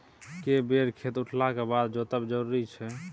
के बेर खेत उठला के बाद जोतब जरूरी छै?